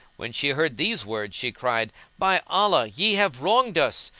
when she heard these words she cried, by allah, ye have wronged us,